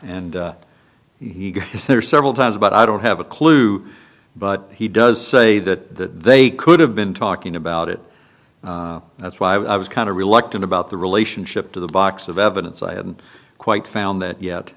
and he was there several times but i don't have a clue but he does say that they could have been talking about it and that's why i was kind of reluctant about the relationship to the box of evidence i haven't quite found that